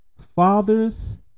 Fathers